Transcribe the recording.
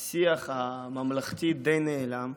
השיח הממלכתי די נעלם.